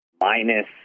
minus